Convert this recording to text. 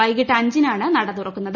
വൈകിട്ട് അഞ്ചിനാണ് നട തുറക്കുന്നത്